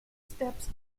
steps